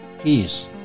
peace